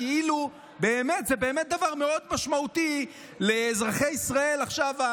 כאילו זה באמת דבר מאוד משמעותי לאזרחי ישראל עכשיו,